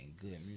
good